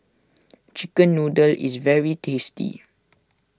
Chicken Noodles is very tasty